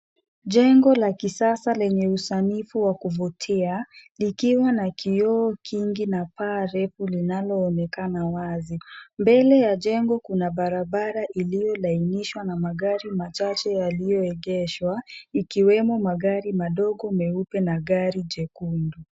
Jengo la kisasa lenye usanifu wa kuvutia likiwa na kioo kingi na paa refu linaloonekana wazi. Mbele ya jengo kuna barabara iliyolainishwa na magari machache yaliyoegeshwa ikiwemo magari madogo meupe na gari jekundu.